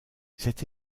cette